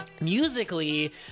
Musically